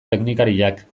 teknikariak